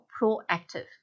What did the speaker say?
proactive